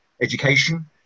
education